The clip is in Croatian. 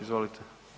Izvolite.